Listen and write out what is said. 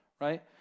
right